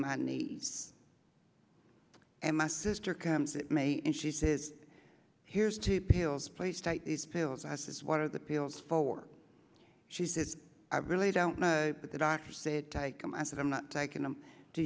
my needs and my sister comes it may and she says here's two pills please cite these pills i says what are the pills for she says i really don't know but the doctor said to them i said i'm not taking them do